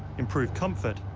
improve comfort,